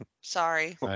Sorry